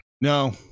No